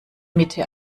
mitte